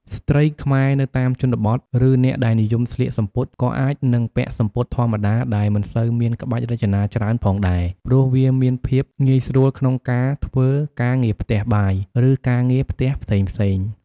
ស្ត្រីខ្មែរនៅតាមជនបទ ឬអ្នកដែលនិយមស្លៀកសំពត់ ក៏អាចនឹងពាក់សំពត់ធម្មតាដែលមិនសូវមានក្បាច់រចនាច្រើនផងដែរ ព្រោះវាមានភាពងាយស្រួលក្នុងការធ្វើការងារផ្ទះបាយ ឬការងារផ្ទះផ្សេងៗ។